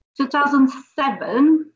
2007